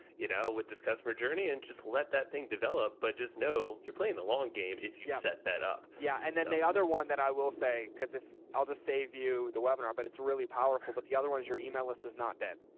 you know, with this customer journey and just let that thing develop, but just know you're playing the long game if you set that up. yeah. and then the other one that i will say, cause if i'll just save you the webinar, but it's really powerful, but the other one is your email list is not dead.